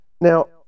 Now